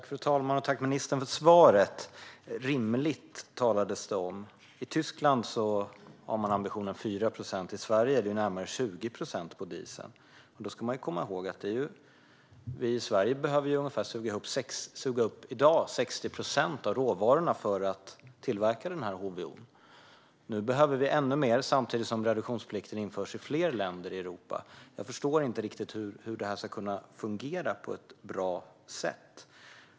Fru talman! Tack, ministern, för svaret! Rimligt talades det om. I Tyskland har man ambitionen 4 procent, men i Sverige är det närmare 20 procent på diesel. Då ska man komma ihåg att vi i Sverige i dag behöver suga upp ungefär 60 procent av råvarorna för att tillverka HVO. Nu behöver vi ännu mer samtidigt som reduktionsplikten införs i fler länder i Europa. Jag förstår inte riktigt hur detta ska kunna fungera på ett bra sätt.